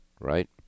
Right